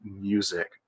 music